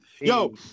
Yo